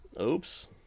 Oops